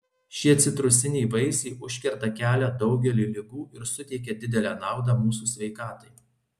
šie citrusiniai vaisiai užkerta kelią daugeliui ligų ir suteikia didelę naudą mūsų sveikatai